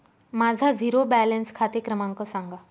माझा zero balance खाते क्रमांक सांगा